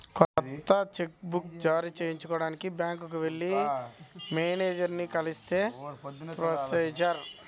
కొత్త cheque book జారీ చేయించుకోడానికి బ్యాంకుకి వెళ్లి మేనేజరుని కలిస్తే ప్రొసీజర్